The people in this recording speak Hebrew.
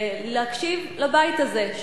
להקשיב לבית הזה,